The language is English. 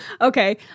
okay